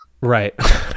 Right